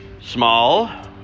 Small